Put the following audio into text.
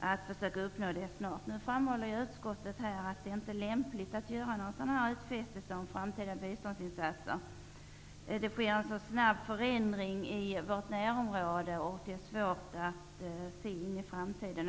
att försöka att snart uppnå 0,5 % av BNI. Utskottet framhåller att det inte är lämpligt att göra någon utfästelse om framtida biståndsinsatser. Det sker en så snabb förändring i vårt närområde, och det är svårt att se in i framtiden.